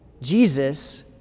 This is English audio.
Jesus